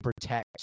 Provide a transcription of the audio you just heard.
protect